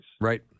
right